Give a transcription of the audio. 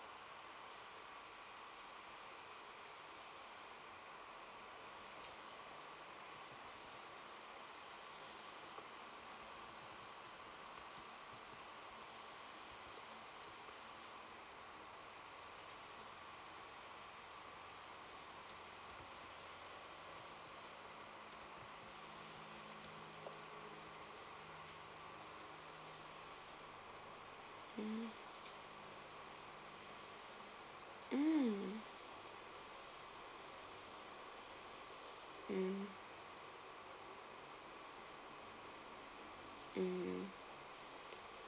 mm mm mm mm